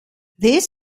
this